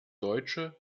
deutsche